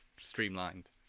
streamlined